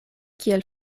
kiel